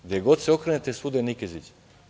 Gde god se okrenete, svuda je Nikezić.